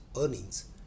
earnings